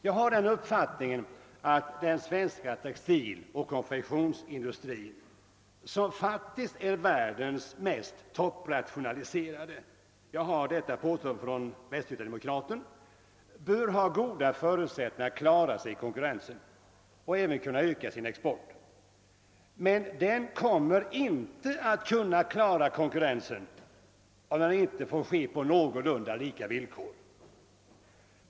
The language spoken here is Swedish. Jag har den uppfattningen att den svenska textiloch konfektionsindustrin, som är världens mest rationaliserade — jag har den uppgiften från tidningen Västgöta-Demokraten — bör ha goda förutsättningar att klara sig i konkurrensen och även kunna öka sin export. Men den kommer inte att klara konkurrensen, om den inte får ske på någorlunda lika villkor.